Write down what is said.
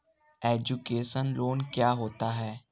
Education loan क्या होता है?